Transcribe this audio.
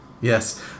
yes